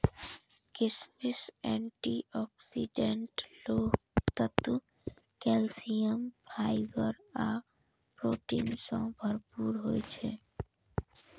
किशमिश antioxidant, लोह तत्व, कैल्सियम, फाइबर आ प्रोटीन सं भरपूर होइ छै